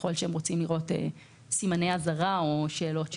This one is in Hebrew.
ככל שהם רוצים לראות סימני אזהרה או שאלות שעולות.